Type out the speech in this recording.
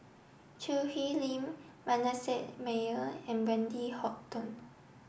Choo Hwee Lim Manasseh Meyer and Wendy Hutton